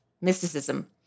mysticism